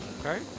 okay